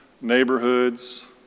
neighborhoods